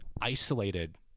isolated